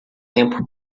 tempo